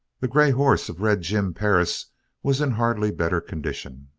the grey horse of red jim perris was in hardly better condition.